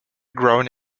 grown